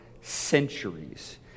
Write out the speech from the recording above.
centuries